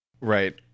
Right